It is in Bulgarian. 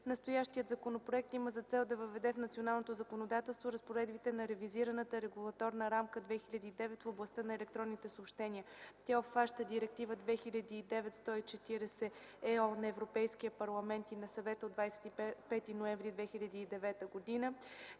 Настоящият законопроект има за цел да въведе в националното ни законодателство разпоредбите на ревизираната Регулаторна рамка 2009 в областта на електронните съобщения. Тя обхваща: - Директива 2009/140/ЕО на Европейския парламент и на Съвета от 25 ноември 2009 г.;